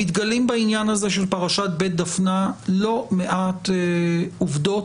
מתגלים בעניין הזה של פרשת בית דפנה לא מעט עובדות